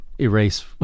Erase